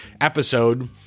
episode